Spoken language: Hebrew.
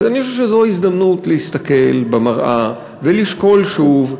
אני חושב שזו ההזדמנות להסתכל במראה ולשקול שוב,